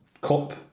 cup